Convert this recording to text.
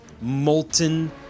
molten